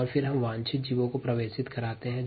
साफ स्लेट में हम वांछित जीव को प्रवेशित कराते हैं